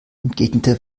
entgegnete